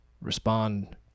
respond